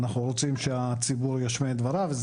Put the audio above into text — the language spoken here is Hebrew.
אנחנו רוצים שהציבור ישמיע את דבריו,